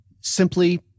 Simply